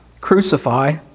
crucify